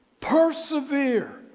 Persevere